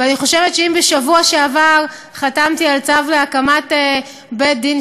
ואני חושבת שאם בשבוע שעבר חתמתי על צו להקמת בית-דין